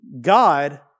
God